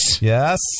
Yes